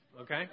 okay